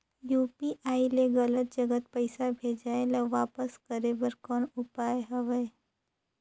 UPI ले गलत जगह पईसा भेजाय ल वापस करे बर कौन उपाय हवय?